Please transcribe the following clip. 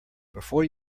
before